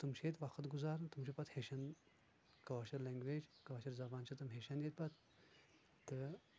تِم چھ ییٚتہِ وقت گُزاران تِم چھ پَتہٕ ہٮ۪چھان کٲشِر لیٚنٛگویج کٲشِر زَبان چھِ تِم ہٮ۪چھان ییٚتہِ پَتہٕ تہٕ